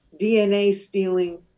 DNA-stealing